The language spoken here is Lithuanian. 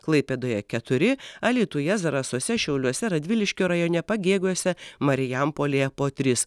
klaipėdoje keturi alytuje zarasuose šiauliuose radviliškio rajone pagėgiuose marijampolėje po tris